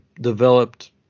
developed